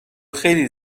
خیلی